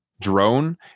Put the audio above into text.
drone